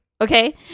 okay